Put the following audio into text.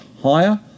higher